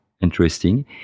interesting